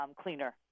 cleaner